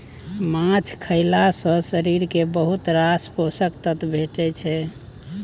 माछ खएला सँ शरीर केँ बहुत रास पोषक तत्व भेटै छै